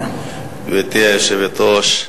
היושבת-ראש,